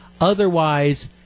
Otherwise